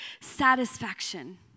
satisfaction